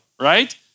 right